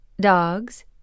dogs